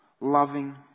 Loving